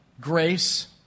grace